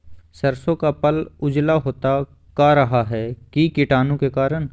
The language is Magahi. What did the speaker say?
सरसो का पल उजला होता का रहा है की कीटाणु के करण?